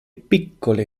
piccole